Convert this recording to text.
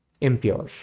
impure